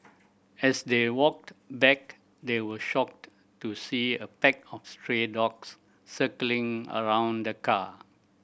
as they walked back they were shocked to see a pack of stray dogs circling around the car